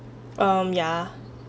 um yeah